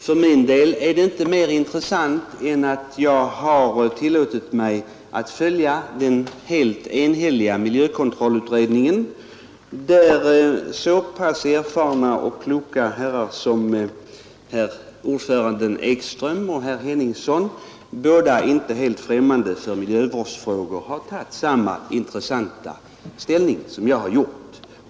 För min del är det inte mer intressant än att jag har tillåtit mig att följa den helt enhälliga miljökontrollutredningen, där så pass erfarna och kloka herrar som ordföranden Ekström och herr Henningsson, båda inte helt främmande för miljövårdsfrågor, har tagit samma ställning som jag gjort.